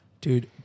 dude